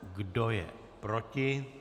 Kdo je proti?